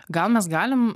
gal mes galim